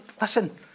listen